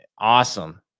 awesome